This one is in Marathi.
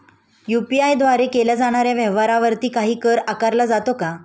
यु.पी.आय द्वारे केल्या जाणाऱ्या व्यवहारावरती काही कर आकारला जातो का?